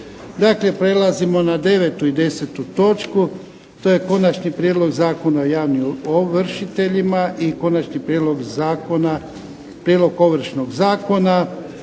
sada predlažem da točku 9. i točku 10. Konačni prijedlog Zakona o javnim ovršiteljima i Konačni prijedlog Ovršnog zakona